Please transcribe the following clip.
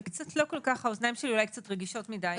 אולי האוזניים שלי רגישות מדי.